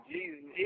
Jesus